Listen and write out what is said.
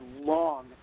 long